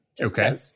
Okay